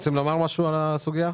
להתייחס לסוגיה?